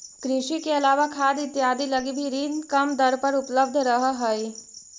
कृषि के अलावा खाद इत्यादि लगी भी ऋण कम दर पर उपलब्ध रहऽ हइ